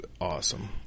awesome